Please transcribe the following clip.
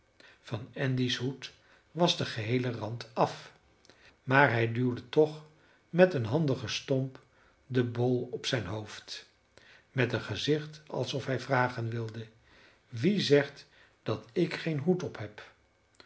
van andy's hoed was de geheele rand af maar hij duwde toch met een handigen stomp den bol op zijn hoofd met een gezicht alsof hij vragen wilde wie zegt nu dat ik geen hoed op heb